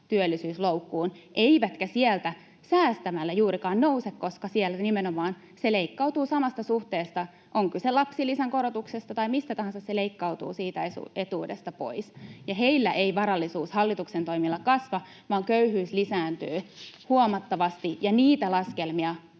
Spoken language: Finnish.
työllisyysloukkuun eivätkä sieltä säästämällä juurikaan nouse, koska siellä se tuki nimenomaan leikkautuu samassa suhteessa. On kyse lapsilisän korotuksesta tai mistä tahansa, niin se leikkautuu siitä etuudesta pois. Heillä ei varallisuus hallituksen toimilla kasva, vaan köyhyys lisääntyy huomattavasti, ja niitä laskelmia